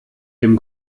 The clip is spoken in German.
dem